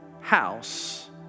house